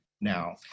now